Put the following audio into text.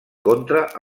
contra